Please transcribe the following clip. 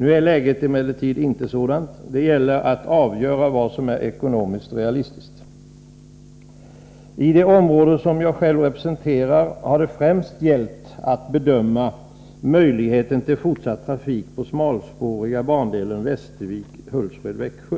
Nu är läget emellertid inte sådant. Det gäller att avgöra vad som är ekonomiskt realistiskt. I det område jag själv representerar har det främst gällt att bedöma möjligheten till fortsatt trafik på den smalspåriga bandelen Västervik Hultsfred Växjö.